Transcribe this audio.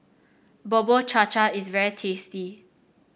Bubur Cha Cha is very tasty